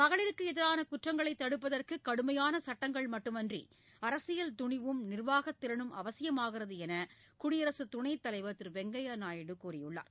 மகளிருக்கு எதிரான குற்றங்களை தடுப்பதற்கு கடுமையான சட்டங்கள் மட்டுமின்றி அரசியல் துணிவும் நிர்வாக திறனும் அவசியாகிறது என்று குடியரசுத் துணைத் தலைவர் திரு வெங்கய்யா நாயுடு கூறியுள்ளார்